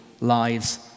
lives